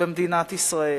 במדינת ישראל.